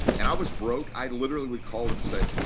and i was broke. i literally would call them and say,